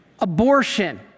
Abortion